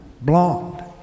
blonde